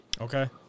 Okay